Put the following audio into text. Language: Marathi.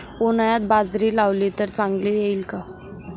उन्हाळ्यात बाजरी लावली तर चांगली येईल का?